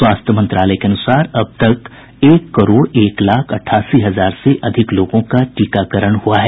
स्वास्थ्य मंत्रालय के अनुसार अब तक एक करोड़ एक लाख अठासी हजार से अधिक लोगों का टीकाकरण हुआ है